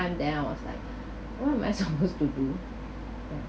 time then I was like what am I supposed to do